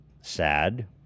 sad